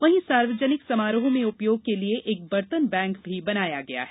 वहीं सार्वजनिक समारोह में उपयोग के लिए एक बर्तन बैंक बनाया गया है